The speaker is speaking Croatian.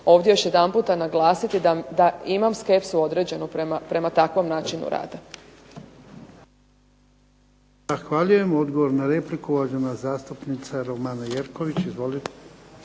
ovdje još jedanputa naglasiti da imam skepsu određenu prema takvom načinu rada. **Jarnjak, Ivan (HDZ)** Zahvaljujem. Odgovor na repliku, uvažena zastupnica Romana Jerković.